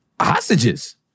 hostages